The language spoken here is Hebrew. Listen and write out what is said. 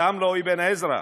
גם לא אבן עזרא.